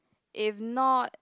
if not